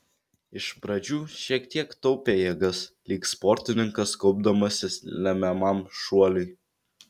iš pradžių šiek tiek taupė jėgas lyg sportininkas kaupdamasis lemiamam šuoliui